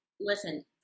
listen